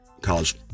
college